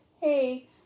hey